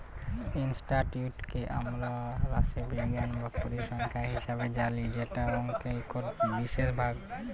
statistics কে আমরা রাশিবিজ্ঞাল বা পরিসংখ্যাল হিসাবে জালি যেট অংকের ইকট বিশেষ ভাগ